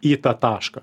į tą tašką